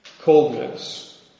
coldness